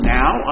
now